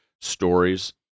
stories